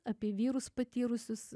apie vyrus patyrusius